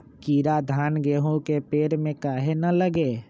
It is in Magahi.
कीरा धान, गेहूं के पेड़ में काहे न लगे?